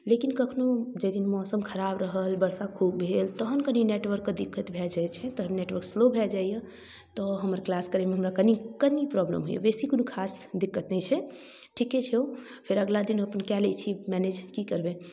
लेकिन कखनो जाहि दिन मौसम खराब रहल बरसा खूब भेल तहन कनि नेटवर्कके दिक्कत भऽ जाइ छै तहन नेटवर्क स्लो भऽ जाइए तऽ हमर किलास करैमे हमरा कनि कनि प्रॉब्लम होइए बेसी कोनो खास दिक्कत नहि छै ठीके छै ओ फेर अगिला दिन कऽ लै छी मैनेज कि करबै